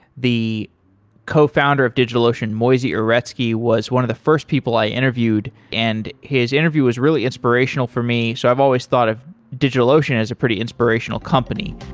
the cofounder of digitalocean, moisey uretsky, was one of the first people i interviewed and his interview is really inspirational for me, so i've always thought of digitalocean is a pretty inspirational company.